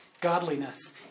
godliness